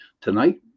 tonight